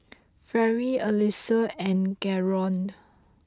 Fairy Allyssa and Garold